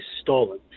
stolen